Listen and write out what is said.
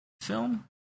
film